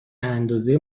اندازه